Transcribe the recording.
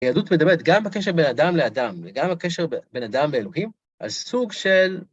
יהדות מדברת גם בקשר בין אדם לאדם, וגם בקשר בין אדם באלוהים, על סוג של...